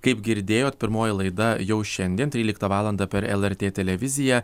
kaip girdėjot pirmoji laida jau šiandien tryliktą valandą per lrt televiziją